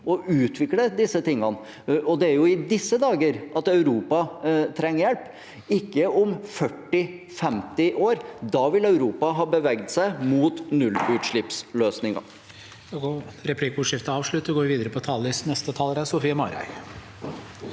å utvikle disse tingene, og det er jo i disse dager at Europa trenger hjelp, ikke om 40–50 år. Da vil Europa ha beveget seg mot nullutslippsløsninger.